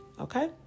Okay